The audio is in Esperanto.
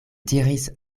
diris